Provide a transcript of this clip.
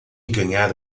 ganhar